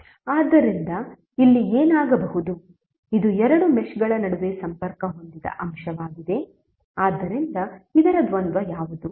ಆದ್ದರಿಂದ ಇಲ್ಲಿ ಏನಾಗಬಹುದು ಇದು ಎರಡು ಮೆಶ್ಗಳ ನಡುವೆ ಸಂಪರ್ಕ ಹೊಂದಿದ ಅಂಶವಾಗಿದೆ ಆದ್ದರಿಂದ ಇದರ ದ್ವಂದ್ವ ಯಾವುದು